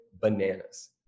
bananas